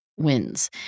wins